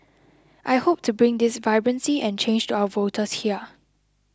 I hope to bring this vibrancy and change to our voters here